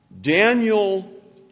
Daniel